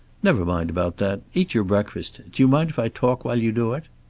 never mind about that. eat your breakfast. do you mind if i talk while you do it?